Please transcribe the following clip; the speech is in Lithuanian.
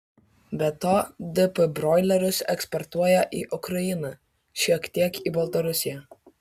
be to dp broilerius eksportuoja į ukrainą šiek tiek į baltarusiją